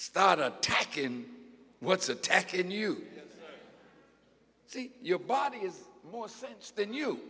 start attacking what's attack in you see your body is more sense than you